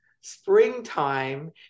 springtime